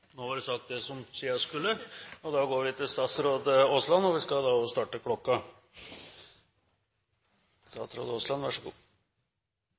nå er det sagt det som sies skulle. Vi går da til statsråd Aasland, og da skal vi også starte klokka.